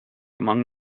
among